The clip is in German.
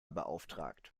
beauftragt